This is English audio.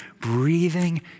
breathing